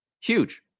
Huge